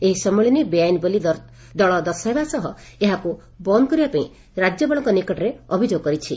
ଏହି ସମ୍ମିଳନୀ ବେଆଇନ୍ ବୋଲି ଦଳ ଦର୍ଶାଇବା ସହ ଏହାକୁ ବନ୍ଦ କରିବା ପାଇଁ ରାଜ୍ୟପାଳଙ୍କ ନିକଟରେ ଅଭିଯୋଗ କରିଛି